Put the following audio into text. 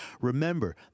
Remember